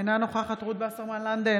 אינה נוכחת רות וסרמן לנדה,